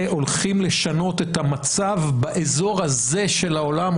הולכים לשנות את המצב באזור הזה של העולם,